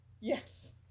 Yes